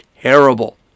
terrible